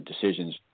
decisions